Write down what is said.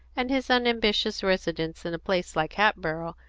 and his unambitious residence in a place like hatboro',